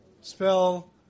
spell